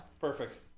Perfect